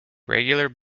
regular